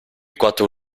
quattro